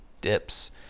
dips